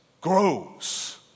grows